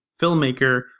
filmmaker